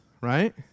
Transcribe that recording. right